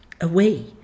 away